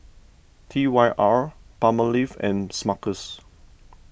T Y R Palmolive and Smuckers